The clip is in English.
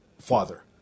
father